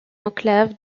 enclave